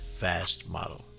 fastmodel